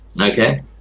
Okay